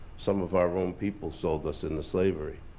some of our own people sold us in the slavery.